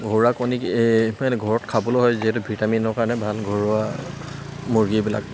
ঘৰুৱা কণী ঘৰত খাবলৈ হয় যিহেতু ভিটামিনৰ কাৰণে ভাল ঘৰুৱা মুৰ্গী এইবিলাক